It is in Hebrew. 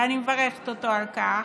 ואני מברכת אותו על כך,